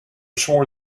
swore